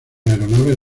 aeronaves